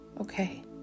okay